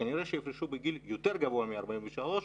שכנראה יפרשו בגיל יותר גבוה מ-43,